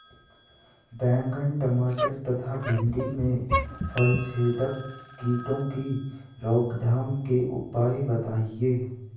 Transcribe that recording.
बैंगन टमाटर तथा भिन्डी में फलछेदक कीटों की रोकथाम के उपाय बताइए?